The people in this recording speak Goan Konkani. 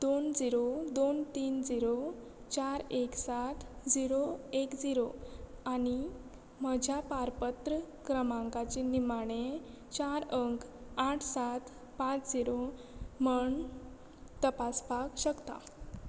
दोन झिरो दोन तीन झिरो चार एक सात झिरो एक झिरो आनी म्हज्या पारपत्र क्रमांकाचे निमाणें चार अंक आठ सात पांच झिरो म्हण तपासपाक शकता